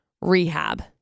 rehab